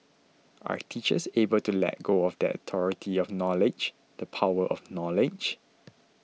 are teachers able to let go of that authority of knowledge the power of knowledge